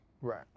Right